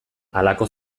halako